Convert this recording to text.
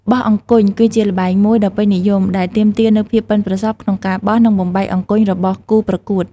បោះអង្គញ់ គឺជាល្បែងមួយដ៏ពេញនិយម ដែលទាមទារនូវភាពប៉ិនប្រសប់ក្នុងការបោះ និងបំបែកអង្គញ់របស់គូប្រកួត។